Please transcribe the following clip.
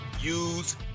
use